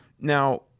Now